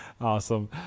Awesome